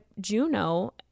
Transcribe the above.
Juno